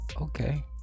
Okay